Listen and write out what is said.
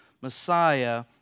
Messiah